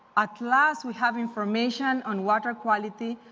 at last we have information on water quality,